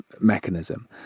mechanism